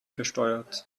besteuert